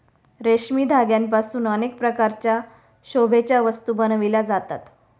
रेशमी धाग्यांपासून अनेक प्रकारच्या शोभेच्या वस्तू बनविल्या जातात